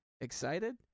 Excited